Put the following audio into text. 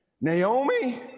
Naomi